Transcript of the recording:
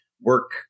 work